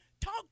Talk